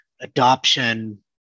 adoption